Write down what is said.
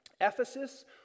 Ephesus